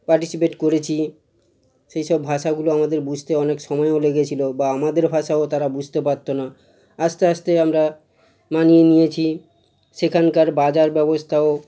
participate করেছি সেইসব ভাষাগুলো আমাদের বুঝতে অনেক সময়ও লেগেছিল বা আমাদের ভাষাও তারা বুঝতে পারতো না আস্তে আস্তে আমরা মানিয়ে নিয়েছি সেখানকার বাজার ব্যবস্থাও